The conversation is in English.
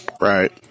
Right